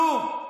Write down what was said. כלום.